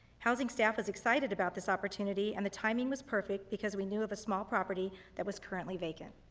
housing staff is excited about this opportunity, and the timing was perfect because we knew of a small property that was currently vacant.